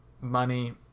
Money